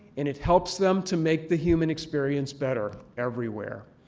and it helps them to make the human experience better everywhere.